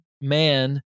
man